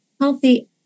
healthy